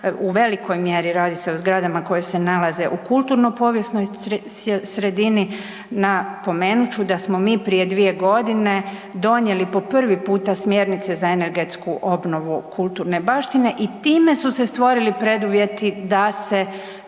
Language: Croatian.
U velikoj mjeri radi se o zgradama koji se nalaze u kulturno povijesnoj sredini. Napomenut ću da smo mi prije 2 godine donijeli po prvi puta smjernice za energetsku obnovu kulturne baštine i time su se stvorili preduvjeti da se